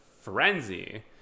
frenzy